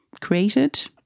created